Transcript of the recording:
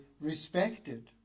respected